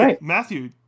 Matthew